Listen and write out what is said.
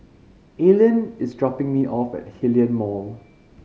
Aline is dropping me off at Hillion Mall